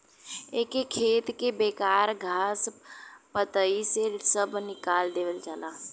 एके खेत के बेकार घास पतई से सभ निकाल देवल जाला